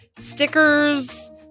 stickers